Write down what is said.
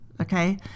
Okay